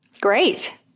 Great